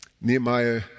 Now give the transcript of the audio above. Nehemiah